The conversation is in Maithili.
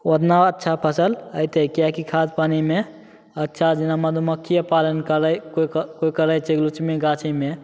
ओतना अच्छा फसल अयतै किएकि खाद पानिमे अच्छा जेना मधुमक्खीये पालन करै कोइ कोइ करै छै गाछीमे